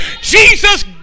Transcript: Jesus